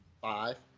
five